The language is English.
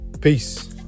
Peace